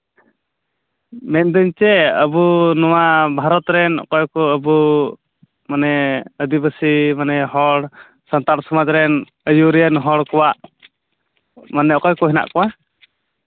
ᱢᱮᱱᱫᱟᱹᱧ ᱪᱮᱫ ᱟᱵᱚ ᱱᱚᱣᱟ ᱵᱷᱟᱨᱚᱛ ᱨᱮᱱ ᱚᱠᱚᱭ ᱠᱚ ᱟᱵᱚ ᱢᱟᱱᱮ ᱟᱹᱫᱤᱵᱟᱹᱥᱤ ᱢᱟᱱᱮ ᱦᱚᱲ ᱥᱟᱱᱛᱟᱲ ᱥᱚᱢᱟᱡᱽ ᱨᱮᱱ ᱟᱹᱭᱩᱨᱤᱭᱟᱹ ᱦᱚᱲ ᱠᱚᱣᱟᱜ ᱢᱟᱱᱮ ᱚᱠᱚᱭ ᱠᱚ ᱦᱮᱱᱟᱜ ᱠᱚᱣᱟ